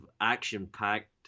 action-packed